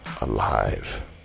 alive